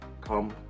come